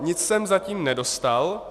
Nic jsem zatím nedostal.